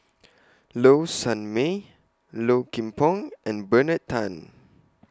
Low Sanmay Low Kim Pong and Bernard Tan